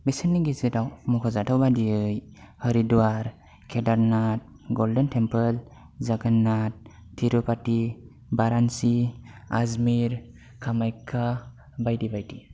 बिसोरनि गेजेराव मखाजाथाव बादियै हारिद्वार केदारनाथ गलडेन टेम्पोल जागान्नाथ तिरुपाथि भारानसि आजमेर कामाख्या बायदि बायदि